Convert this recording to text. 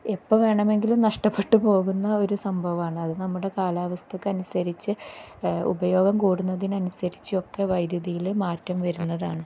എപ്പം വേണമെങ്കിലും നഷ്ടപ്പെട്ട് പോകുന്ന ഒരു സംഭവമാണ് അത് നമ്മുടെ കാലാവസ്ഥക്കനുസരിച്ച് ഉപയോഗം കൂടുന്നതിനനുസരിച്ചൊക്കെ വൈദ്യുതിയിൽ മാറ്റം വരുന്നതാണ്